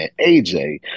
AJ